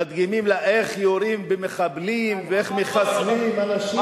מדגימים לה איך יורים במחבלים ואיך מחסלים אנשים.